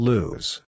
Lose